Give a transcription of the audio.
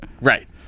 right